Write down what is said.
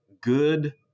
good